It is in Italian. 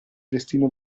destino